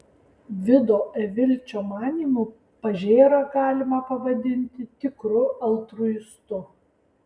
vido evilčio manymu pažėrą galima pavadinti tikru altruistu